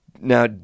Now